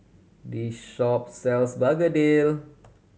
this shop sells begedil